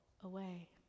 away